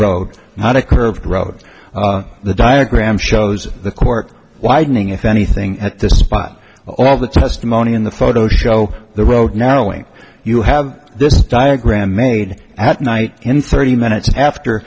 a curved road the diagram shows the ct widening if anything at this spot all the testimony in the photo show the road knowing you have this diagram made at night in thirty minutes after